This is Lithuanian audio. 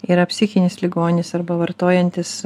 yra psichinis ligonis arba vartojantis